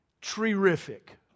terrific